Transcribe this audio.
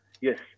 Yes